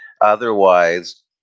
Otherwise